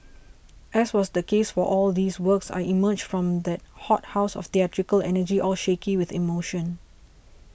as was the case for all these works I emerged from that hothouse of theatrical energy all shaky with emotion